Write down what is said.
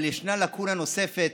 אבל יש לקונה נוספות,